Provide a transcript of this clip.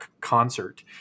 concert